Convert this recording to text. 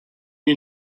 you